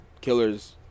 killers